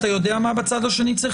אתה יודע מה צריך להיות בצד השני?